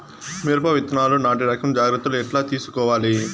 మిరప విత్తనాలు నాటి రకం జాగ్రత్తలు ఎట్లా తీసుకోవాలి?